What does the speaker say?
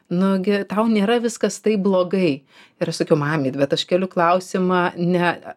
nugi tau nėra viskas taip blogai ir aš sakiau mamyt bet aš keliu klausimą ne